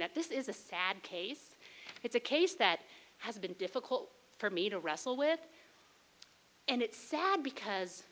that this is a sad case it's a case that has been difficult for me to wrestle with and it's sad because